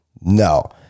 no